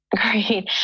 Great